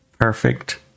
perfect